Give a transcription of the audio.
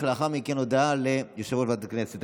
ולאחר מכן הודעה ליושב-ראש ועדת הכנסת.